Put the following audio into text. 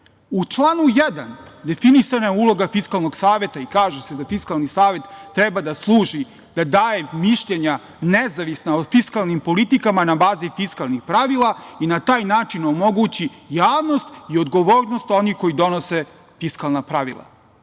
U članu 1. definisana je uloga Fiskalnog saveta i kaže se da Fiskalni savet treba da služi, da daje mišljenja nezavisna o fiskalnim politikama na bazi fiskalnih pravila i na taj način omogući javnost i odgovornost onih koji donose fiskalna pravila.